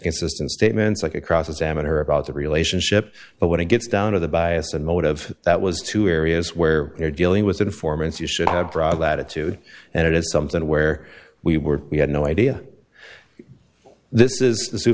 consistent statements like a cross examine her about the relationship but when it gets down to the bias and motive that was two areas where you're dealing with informants you should have broad latitude and it is something where we were we had no idea this is the sioux